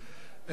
מס' 8800 ו-8801.